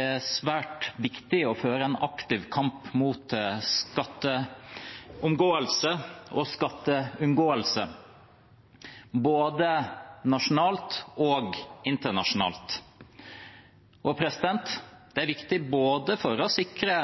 er svært viktig å føre en aktiv kamp mot skatteomgåelse og skatteunngåelse, både nasjonalt og internasjonalt. Det er viktig for å sikre finansieringen av velferdsstaten i framtiden, for å sikre